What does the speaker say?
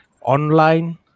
online